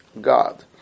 God